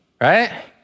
right